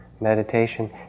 Meditation